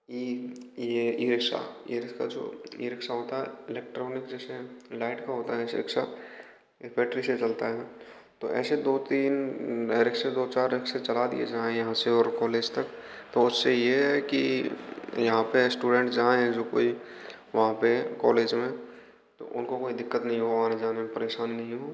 ई ये e rickshaw ये rickshaw जो ई रिक्शा होता है इलेक्टॉनिक जैसे लाइट का होता है ये रिक्शा ये बैटरी से चलता है तो ऐसे दो तीन नये रिक्शे दो चार रिक्शे चला दिये जाएँ यहाँ से और कॉलेज तक तो उस से ये है कि यहाँ पे स्टूडेंट जहाँ हैं जो कोई वहाँ पे कॉलेज में तो उनको कोई दिक्कत नहीं हो और जाने में परेशानी नहीं हो